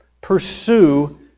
pursue